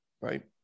Right